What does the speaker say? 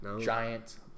giant